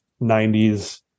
90s